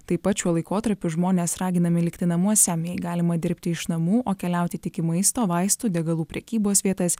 taip pat šiuo laikotarpiu žmonės raginami likti namuose galima dirbti iš namų o keliauti tik į maisto vaistų degalų prekybos vietas